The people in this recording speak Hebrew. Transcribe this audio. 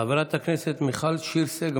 חברת הכנסת מיכל שיר סגמן.